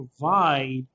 provide